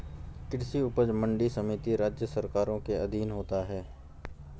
कृषि उपज मंडी समिति राज्य सरकारों के अधीन होता है